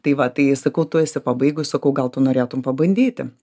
tai va tai sakau tu esi pabaigus sakau gal tu norėtum pabandyti